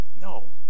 No